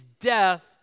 death